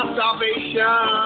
salvation